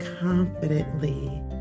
confidently